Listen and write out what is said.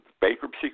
bankruptcy